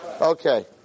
Okay